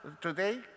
today